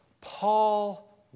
Paul